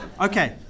Okay